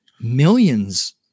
millions